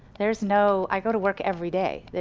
there's no, i go to work everyday.